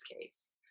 case